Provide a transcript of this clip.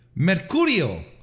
Mercurio